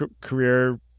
career